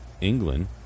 england